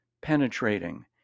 penetrating